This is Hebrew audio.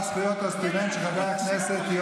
אנחנו חברי כנסת.